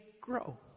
grow